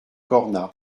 cornas